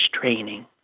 training